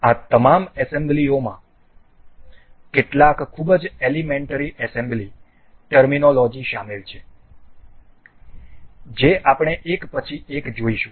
આ તમામ એસેમ્બલીઓમાં કેટલાક ખૂબ જ એલીમેન્ટરી એસેમ્બલી ટર્મીનોલોજી શામેલ છે જે આપણે એક પછી એક જોઈશું